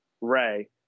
Ray